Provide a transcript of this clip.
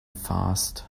fast